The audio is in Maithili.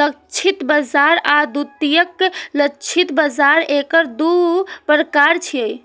लक्षित बाजार आ द्वितीयक लक्षित बाजार एकर दू प्रकार छियै